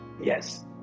yes